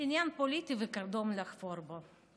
עניין פוליטי וקרדום לחפור בו.